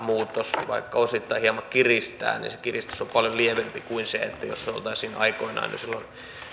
muutos osittain hieman kiristää se kiristys on paljon lievempi kuin se jos se olisi jo aikoinaan silloin